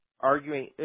arguing –